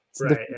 Right